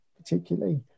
particularly